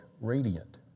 radiant